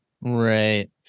Right